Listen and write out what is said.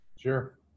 Sure